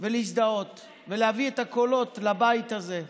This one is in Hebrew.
להזדהות ולהביא את הקולות לבית הזה.